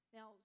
Now